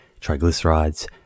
triglycerides